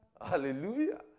Hallelujah